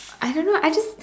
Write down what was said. I don't know I just